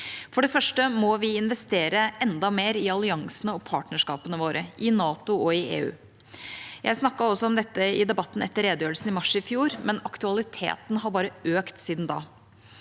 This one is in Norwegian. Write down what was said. For det første må vi investere enda mer i alliansene og partnerskapene våre, i NATO og i EU. Jeg snakket også om dette i debatten etter redegjørelsen i mars i fjor, men aktualiteten har bare økt siden da.